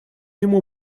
ему